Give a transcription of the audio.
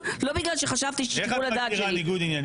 מליאת מועצת העיר.